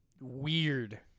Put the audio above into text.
Weird